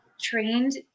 trained